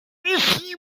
nicht